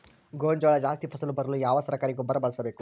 ಗೋಂಜಾಳ ಜಾಸ್ತಿ ಫಸಲು ಬರಲು ಯಾವ ಸರಕಾರಿ ಗೊಬ್ಬರ ಬಳಸಬೇಕು?